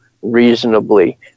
reasonably